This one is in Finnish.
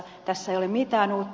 tässä ei ole mitään uutta